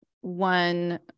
one